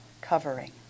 covering